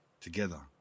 together